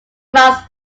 must